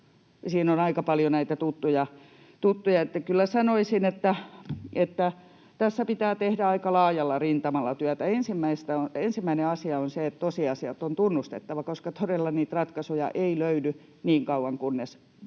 siinä on aika paljon näitä tuttuja maita. Kyllä sanoisin, että tässä pitää tehdä aika laajalla rintamalla työtä. Ensimmäinen asia on se, että tosiasiat on tunnustettava, koska todella niitä ratkaisuja ei löydy niin kauan kuin